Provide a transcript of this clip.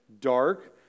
dark